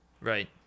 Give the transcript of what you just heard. Right